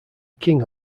king